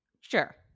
sure